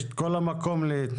יש את כל המקום להתנגד,